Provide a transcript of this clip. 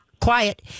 quiet